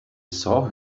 saw